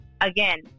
again